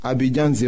Abidjan